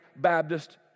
Baptist